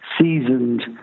seasoned